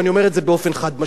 ואני אומר את זה באופן חד-משמעי.